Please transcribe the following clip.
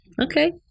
Okay